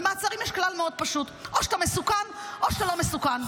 במעצרים יש כלל מאוד פשוט: או שאתה מסוכן או שאתה לא מסוכן.